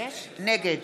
נגד